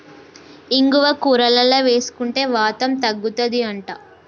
ఇంగువ కూరలల్ల వేసుకుంటే వాతం తగ్గుతది అంట